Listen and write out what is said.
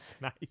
Nice